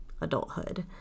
adulthood